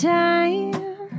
time